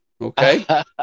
okay